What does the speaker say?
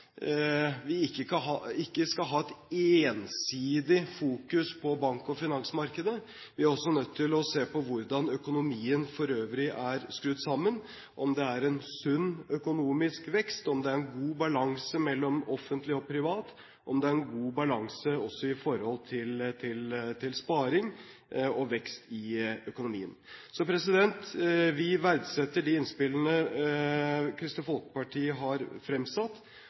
vi ikke skal ha et ensidig fokus på bank- og finansmarkedet. Vi er også nødt til å se på hvordan økonomien for øvrig er skrudd sammen, om det er en sunn økonomisk vekst, om det er en god balanse mellom det offentlige og private, om det er en god balanse også når det gjelder sparing og vekst i økonomien. Vi verdsetter de innspillene Kristelig Folkeparti har